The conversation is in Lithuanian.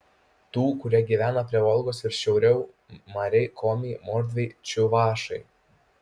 tų kurie gyvena prie volgos ir šiauriau mariai komiai mordviai čiuvašai